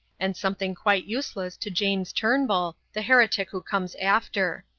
and something quite useless to james turnbull, the heretic who comes after.